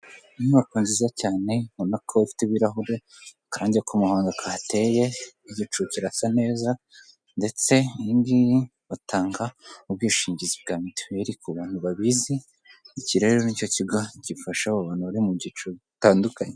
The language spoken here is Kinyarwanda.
Inyubako nziza cyane ubona ko ifite ibirahure, akarange k'umuhondo kahateye, igicu kirasa neza ndetse iyi ngiyi batanga ubwishingizi bwa mituweri ku bantu babizi, iki rero ni cyo kigo gifasha abo bantu bari mu byiciro bitandukanye.